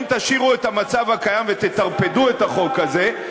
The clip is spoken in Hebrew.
אם תשאירו את המצב הקיים ותטרפדו את החוק הזה,